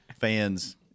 fans